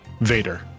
Vader